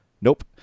nope